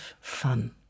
fun